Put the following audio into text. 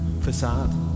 facade